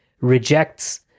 rejects